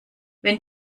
wenn